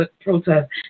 protest